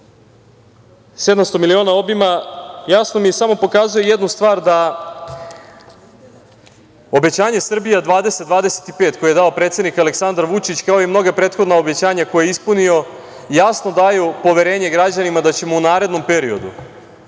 700 miliona obima, jasno mi samo pokazuje jednu stvar, da obećanje „Srbija 20-25“ koje je dao predsednik Aleksandar Vučić, kao i mnoga prethodna obećanja koja je ispunio jasno daju poverenje građanima da ćemo u narednom periodu